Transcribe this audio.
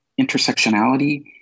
intersectionality